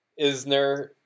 isner